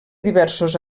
diversos